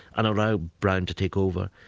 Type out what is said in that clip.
and allow brown to take over,